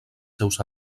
seus